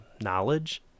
knowledge